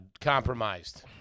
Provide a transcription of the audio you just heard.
compromised